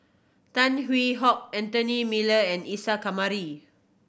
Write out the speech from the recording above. Tan Hwee Hock Anthony Miller and Isa Kamari